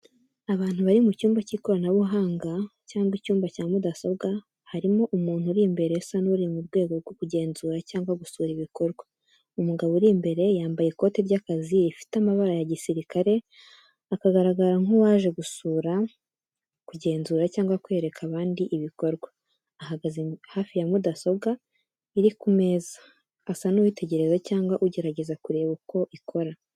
Abantu bari mu cyumba cy’ikoranabuhanga cyangwa icyumba cya mudasobwa, harimo umuntu uri imbere usa n’uri mu rwego rwo kugenzura cyangwa gusura ibikorwa. Umugabo uri imbere yambaye ikote ry’akazi rifite amabara ya gisirikare, akagaragara nk’uwaje gusura, kugenzura cyangwa kwereka abandi ibikorwa. Ahagaze hafi ya mudasobwa iri ku meza, asa n’uwitegereza cyangwa ugerageza kureba uko ikora.